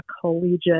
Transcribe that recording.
collegiate